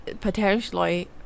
potentially